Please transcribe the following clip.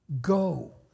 Go